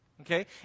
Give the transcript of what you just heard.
Okay